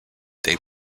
they